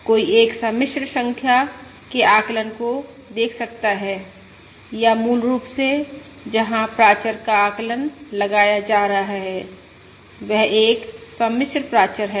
कोई एक सम्मिश्र संख्या के आकलन को देख सकता है या मूल रूप से जहां प्राचर का आकलन लगाया जा रहा है वह एक सम्मिश्र प्राचर है